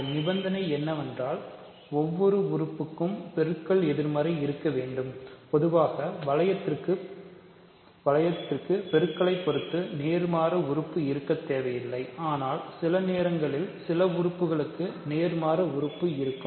அந்த நிபந்தனை என்னவென்றால் ஒவ்வொரு உறுப்புக்கும் ஒரு பெருக்கல் எதிர்மறை இருக்க வேண்டும்பொதுவாக வளையத்திற்கு பெருக்கலை பொறுத்து நேர்மாறு உறுப்பு இருக்கத் தேவையில்லை ஆனால் சில நேரங்களில் சில உறுப்புகளுக்கு நேர்மாறு உறுப்பு இருக்கும்